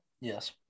Yes